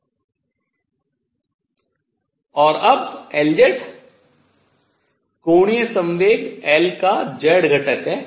और अब Lz कोणीय संवेग L का z घटक है